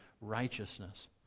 righteousness